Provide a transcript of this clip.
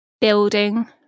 Building